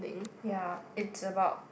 ya it's about